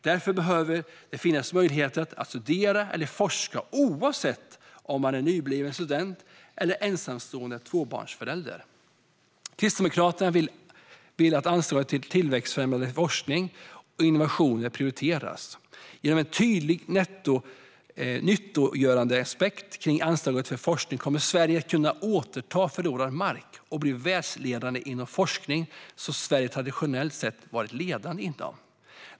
Därför behöver det finnas möjligheter att studera eller forska oavsett om man är nybliven student eller ensamstående tvåbarnsförälder. Kristdemokraterna vill att anslagen till tillväxtfrämjande forskning och innovation prioriteras. Genom en tydlig nyttogörandeaspekt kring anslagen för forskning kommer Sverige att kunna återta förlorad mark och bli världsledande inom forskning som Sverige traditionellt sett har varit ledande inom.